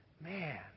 man